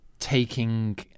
taking